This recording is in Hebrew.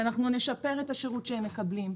אנחנו צריכים לדאוג לשפר את השירות שהם מקבלים.